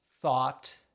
thought